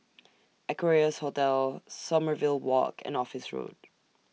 Equarius Hotel Sommerville Walk and Office Road